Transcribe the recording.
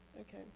Okay